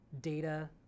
data